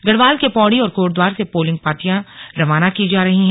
गढ़वाल के पौड़ी और कोटद्वार से पोलिंग पार्टियां रवाना की जा रही हैं